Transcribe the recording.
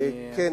דקה.